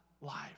life